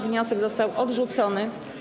Wniosek został odrzucony.